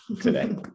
today